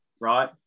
right